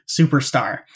superstar